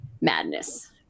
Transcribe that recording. madness